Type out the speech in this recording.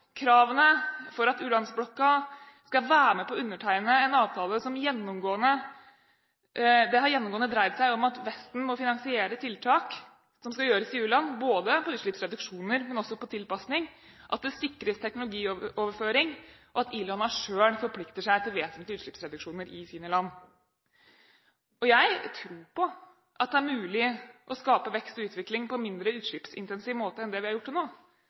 Kravene for at u-landsblokka skal være med på å undertegne en avtale har gjennomgående dreid seg om at Vesten må finansiere tiltak som skal gjøres i u-land – både på utslippsreduksjoner og på tilpasning – at det sikres teknologioverføring, og at i-landene selv forplikter seg til vesentlige utslippsreduksjoner i sine land. Jeg tror på at det er mulig å skape vekst og utvikling på mindre utslippsintensiv måte enn vi har gjort til nå.